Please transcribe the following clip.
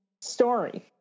story